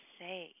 say